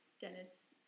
Dennis